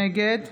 נגד